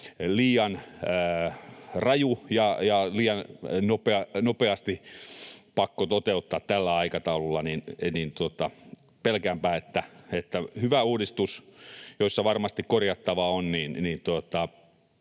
liian raju ja liian nopeasti pakkototeutettava tällä aikataululla — pelkäänpä, että hyvä uudistus, jossa varmasti korjattavaa on,